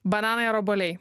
bananai ar obuoliai